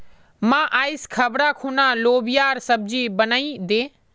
मां, आइज खबार खूना लोबियार सब्जी बनइ दे